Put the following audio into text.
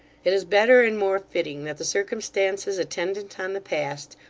it is better and more fitting that the circumstances attendant on the past,